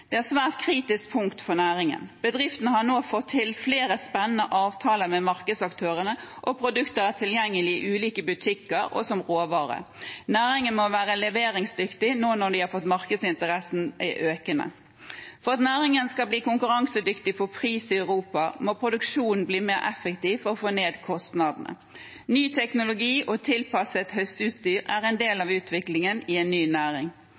Det er et svært kritisk punkt for næringen. Bedriftene har nå fått til flere spennende avtaler med markedsaktørene, og produkter er tilgjengelig i ulike butikker og som råvare. Næringen må være leveringsdyktig nå når markedsinteressen er økende. For at næringen skal bli konkurransedyktig på pris i Europa, må produksjonen bli mer effektiv for å få ned kostnadene. Ny teknologi og tilpasset høsteutstyr er en del av utviklingen i en ny næring.